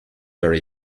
very